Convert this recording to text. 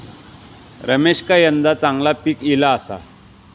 रमेशका यंदा चांगला पीक ईला आसा